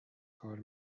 کار